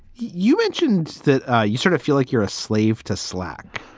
you mentioned that ah you sort of feel like you're a slave to slack.